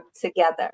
together